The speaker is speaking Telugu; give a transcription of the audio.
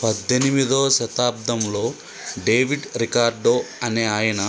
పద్దెనిమిదో శతాబ్దంలో డేవిడ్ రికార్డో అనే ఆయన